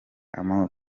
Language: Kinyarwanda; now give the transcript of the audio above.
akomoka